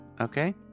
Okay